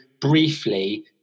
briefly